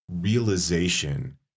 realization